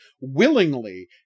willingly